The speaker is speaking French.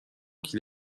qu’il